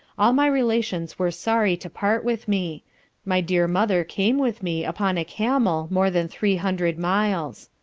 all my relations were sorry to part with me my dear mother came with me upon a camel more than three hundred miles,